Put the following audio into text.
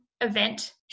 event